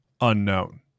unknown